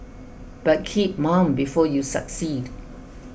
but keep mum before you succeed